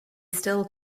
still